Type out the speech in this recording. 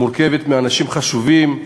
מורכבת מאנשים חשובים,